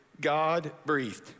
God-breathed